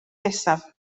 nesaf